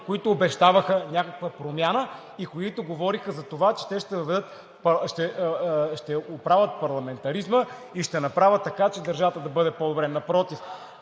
които обещаваха някаква промяна и които говориха за това, че те ще оправят парламентаризма и ще направят така, че държавата да бъде по-добре.